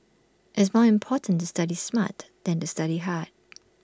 is more important to study smart than to study hard